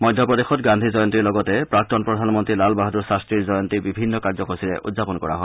মধ্যপ্ৰদেশত গান্ধী জয়ন্তীৰ লগতে প্ৰাক্তন প্ৰধানমন্তী লাল বাহাদুৰ শাস্ত্ৰীৰ জয়ন্তী বিভিন্ন কাৰ্যসূচীৰে উদযাপন কৰা হয়